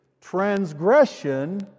transgression